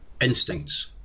Instincts